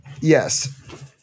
Yes